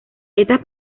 estas